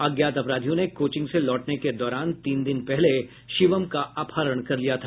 अज्ञात अपराधियों ने कोचिंग से लौटने के दौरान तीन दिन पहले शिवम का अपहरण कर लिया था